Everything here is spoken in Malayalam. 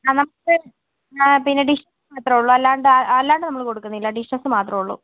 നമുക്ക് പിന്നെ ഡിഷ് മാത്രമേ ഉള്ളൂ അല്ലാണ്ട് അല്ലാണ്ട് നമ്മൾ കൊടുക്കുന്നില്ല ഡിഷസ് മാത്രമേ ഉള്ളൂ